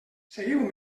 seguiu